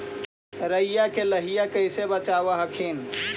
राईया के लाहि कैसे बचाब हखिन?